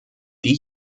die